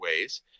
ways